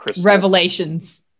Revelations